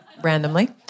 Randomly